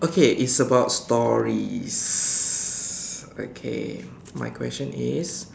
okay it's about stories okay my question is